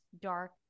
dark